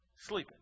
sleeping